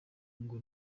ngo